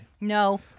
No